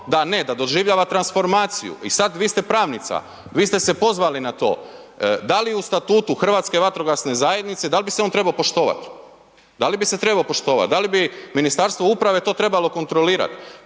da ne, da doživljava transformaciju i sad, vi ste pravnica, vi ste se pozvali na to, da li u statutu Hrvatske vatrogasne zajednice, dal bi se on trebo poštovat, da li bi se trebo poštovat, da li bi Ministarstvo uprave to trebalo kontrolirat?